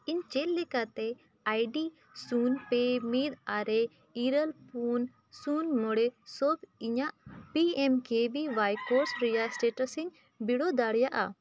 ᱤᱧ ᱪᱮᱫ ᱞᱮᱠᱟᱛᱮ ᱟᱭ ᱰᱤ ᱥᱩᱱ ᱯᱮ ᱢᱤᱫ ᱟᱨᱮ ᱤᱨᱟᱹᱞ ᱯᱩᱱ ᱥᱩᱱ ᱢᱚᱬᱮ ᱥᱚᱵ ᱤᱧᱟᱹᱜ ᱯᱤ ᱮᱢ ᱠᱮ ᱵᱷᱤ ᱚᱣᱟᱭ ᱠᱳᱨᱥ ᱨᱮᱭᱟᱜ ᱥᱴᱮᱴᱟᱥ ᱤᱧ ᱵᱤᱰᱟᱹᱣ ᱫᱟᱲᱮᱭᱟᱜᱼᱟ